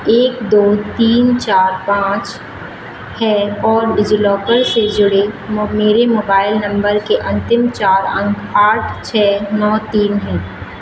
एक दो तीन चार पाँच है और डिजिलॉकर से जुड़े मेरे मोबाइल नंबर के अंतिम चार अंक आठ छः नौ तीन है